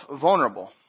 vulnerable